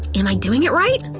am i doing it right?